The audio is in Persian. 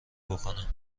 بکنه